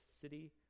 city